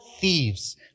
thieves